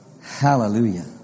Hallelujah